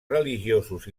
religiosos